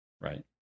Right